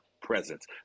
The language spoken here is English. presence